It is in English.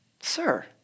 Sir